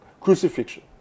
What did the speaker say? crucifixion